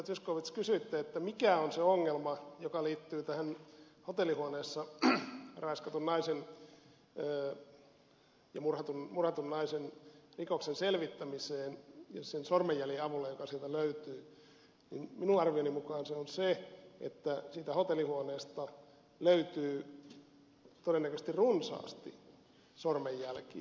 zyskowicz kysyitte mikä on se ongelma joka liittyy tähän hotellihuoneessa raiskatun ja murhatun naisen rikoksen selvittämiseen sen sormenjäljen avulla joka sieltä löytyi niin minun arvioni mukaan se on se että siitä hotellihuoneesta löytyy todennäköisesti runsaasti sormenjälkiä